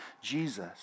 Jesus